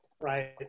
right